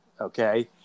okay